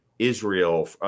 Israel